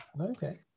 Okay